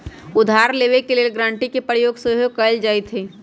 उधार देबऐ के लेल गराँटी के प्रयोग सेहो कएल जाइत हइ